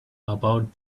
about